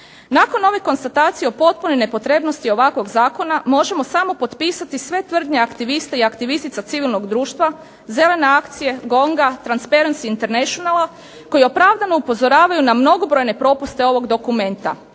Nakon ove konstatacije o potpunoj nepotrebnosti ovakvog Zakona možemo samo potpisati sve tvrdnje aktivista i aktivistica civilnog društva, zelene akcije Gonga, Transparency internationala koji opravdano upozoravaju na mnogobrojne propuste ovog dokumente.